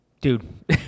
Dude